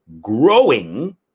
growing